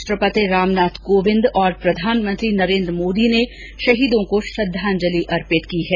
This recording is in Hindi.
राष्ट्रपति रामनाथ कोविंद और प्रधानमंत्री नरेन्द्र मोदी ने शहीदों को श्रद्धांजलि अर्पित की है